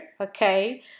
okay